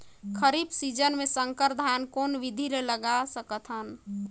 खरीफ season मे संकर धान कोन विधि ले लगा सकथन?